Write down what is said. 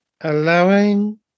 allowing